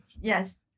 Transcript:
yes